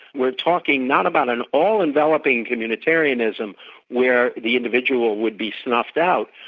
we're talking not about an all-enveloping communitarianism where the individual would be snuffed out.